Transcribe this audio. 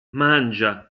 mangia